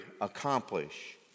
accomplish